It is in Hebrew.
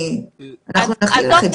אנחנו נכין לך את זה לפי מה שביקשת עכשיו.